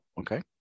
Okay